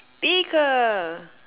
speaker